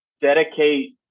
dedicate